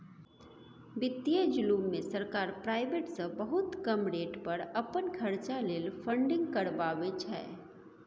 बित्तीय जुलुम मे सरकार प्राइबेट सँ बहुत कम रेट पर अपन खरचा लेल फंडिंग करबाबै छै